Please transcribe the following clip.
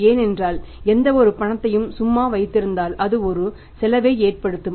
ஏனென்றால் எந்தவொரு பணத்தையும் சும்மா வைத்திருந்தால் இது ஒரு செலவை ஏற்படுத்தும்